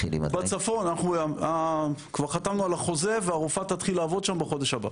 בצפון אנחנו כבר חתמנו על החוזה והרופאה תתחיל לעבוד שם בחודש הבא.